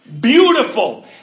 Beautiful